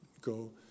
go